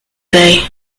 gaye